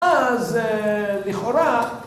אז לכאורה